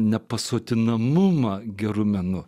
nepasotinamumą geru menu